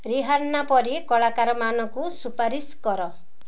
Rihanna ପରି କଳାକାରମାନଙ୍କୁ ସୁପାରିଶ କର